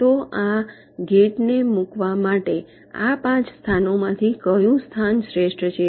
તો આ ગેટ ને મુકવા માટે આ પાંચ સ્થાનોમાંથી કયું સ્થાન શ્રેષ્ઠ છે